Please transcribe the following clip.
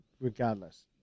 regardless